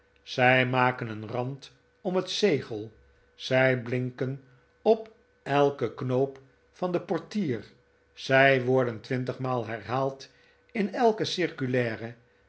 zij maken een rand om het zegel zij blinken op elken knoop van den portier zij worden twintig maal herhaald in elke circulaire